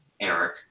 Eric